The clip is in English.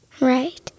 Right